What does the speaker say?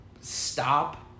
stop